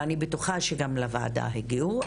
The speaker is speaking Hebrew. ואני בטוחה שגם לוועדה הגיעו.